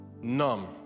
numb